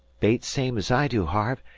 bait same's i do, harvey,